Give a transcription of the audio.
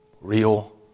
real